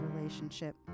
relationship